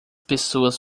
pessoas